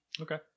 Okay